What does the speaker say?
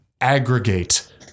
aggregate